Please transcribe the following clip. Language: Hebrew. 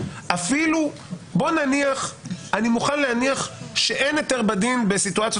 אפילו אני מוכן להניח שאין היתר בדין בסיטואציות